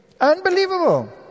Unbelievable